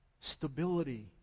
Stability